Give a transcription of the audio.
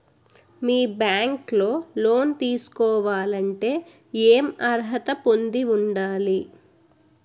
మీ bank లో loan తీసుకోవాలంటే ఎం అర్హత పొంది ఉండాలి?